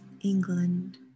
England